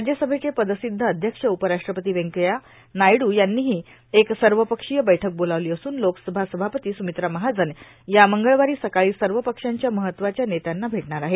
राज्यसभेचे पदसिद्ध अध्यक्ष उपराष्ट्रपती वेंकव्या यांनीही एक सर्वपक्षीय बैठक बोलावली असून लोसकभा सभापती सुमित्रा महाजन या मंगळवारी सकाळी सर्व पक्षांच्या महत्वाच्या नेत्यांना भेटणार आहेत